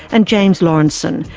and james laurenceson,